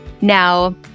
Now